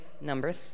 number